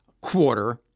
quarter